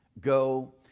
Go